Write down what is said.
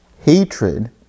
hatred